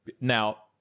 now